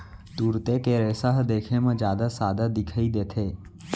तुरते के रेसा ह देखे म जादा सादा दिखई देथे